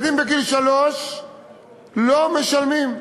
לא משלמים.